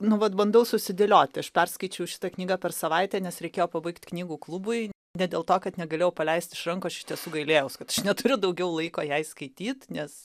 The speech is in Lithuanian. nu vat bandau susidėlioti aš perskaičiau šitą knygą per savaitę nes reikėjo pabaigt knygų klubui ne dėl to kad negalėjau paleist iš rankų aš iš tiesų gailėjaus kad aš neturiu daugiau laiko jai skaityt nes